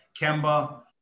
Kemba